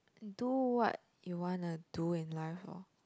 do what you want to do in life loh